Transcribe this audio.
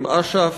עם אש"ף,